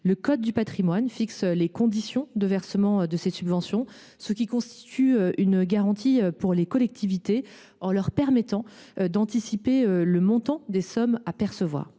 Le code du patrimoine fixe les conditions de versement de ces subventions, ce qui constitue une garantie pour les collectivités, en leur permettant d’anticiper le montant des sommes à percevoir.